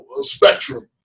spectrum